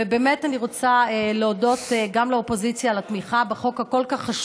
אני באמת רוצה להודות גם לאופוזיציה על התמיכה בחוק החשוב כל כך.